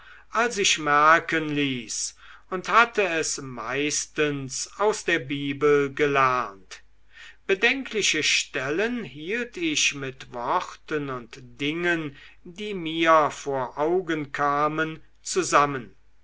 als ich merken ließ und hatte es meistens aus der bibel gelernt bedenkliche stellen hielt ich mit worten und dingen die mir vor augen kamen zusammen